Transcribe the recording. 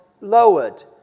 lowered